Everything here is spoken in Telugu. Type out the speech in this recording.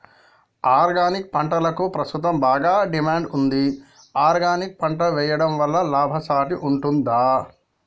ఆర్గానిక్ పంటలకు ప్రస్తుతం బాగా డిమాండ్ ఉంది ఆర్గానిక్ పంటలు వేయడం వల్ల లాభసాటి ఉంటుందా?